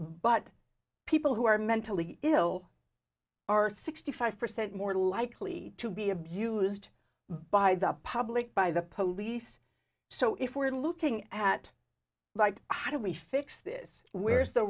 but people who are mentally ill are sixty five percent more likely to be abused by the public by the police so if we're looking at like how do we fix this where is the